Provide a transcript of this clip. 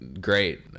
great